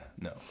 no